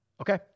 Okay